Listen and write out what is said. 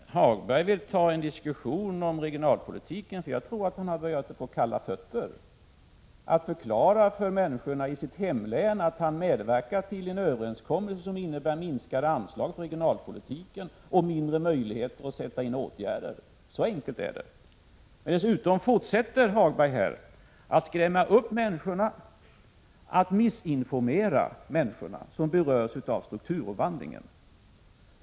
Fru talman! Jag förstår mycket väl att Hagberg inte vill ta en diskussion om regionalpolitiken. Jag tror att han har börjat få litet kalla fötter när han skall förklara för människorna i sitt hemlän att han har medverkat till en överenskommelse som innebär minskat anslag till regionalpolitiken och mindre möjligheter att sätta in åtgärder. Så enkelt är det. Dessutom fortsätter Hagberg här att skrämma upp och missinformera människor som berörs av strukturomvandlingen.